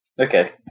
Okay